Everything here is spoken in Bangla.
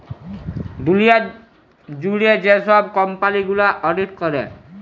দুঁলিয়া জুইড়ে যে ছব কম্পালি গুলা অডিট ক্যরে